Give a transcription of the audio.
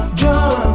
jump